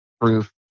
proof